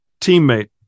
teammate